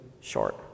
short